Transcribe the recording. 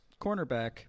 cornerback